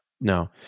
No